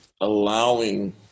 allowing